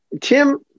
Tim